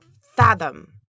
fathom